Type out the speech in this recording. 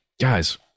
Guys